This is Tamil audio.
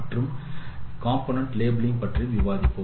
மற்றும் கூறு லேபிளிங் பற்றியும் விவாதித்தோம்